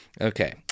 Okay